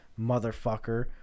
motherfucker